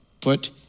put